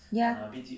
ya